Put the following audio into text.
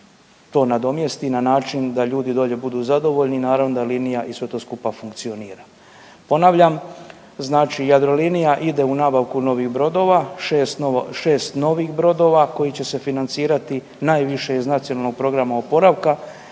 to nadomjesti na način da ljudi dolje budu zadovoljni, naravno da linija i sve to skupa funkcionira. Ponavljam, znači Jadrolinija ide u nabavku novih brodova, šest novih brodova koji će se financirati najviše iz NPO-a, dijelom iz